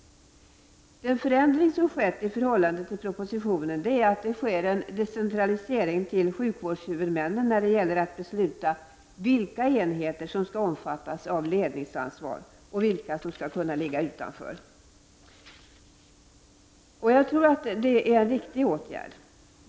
Den förändring som skett i förhållande till propositionen är att det sker en decentralisering till sjukvårdshuvudmännen när det gäller att besluta vilka enheter som skall omfattas av ledningsansvar och vilka som skall kunna ligga utanför. Jag tror att det är en riktig åtgärd.